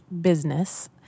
business